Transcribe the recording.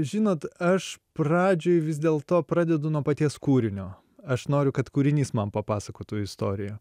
žinot aš pradžioj vis dėl to pradedu nuo paties kūrinio aš noriu kad kūrinys man papasakotų istoriją